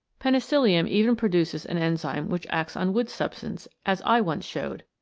penicillium even produces an enzyme which acts on wood substance, as i once showed.